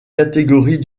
catégories